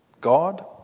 God